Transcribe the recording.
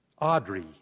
Audrey